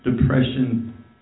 Depression